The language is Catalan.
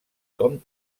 com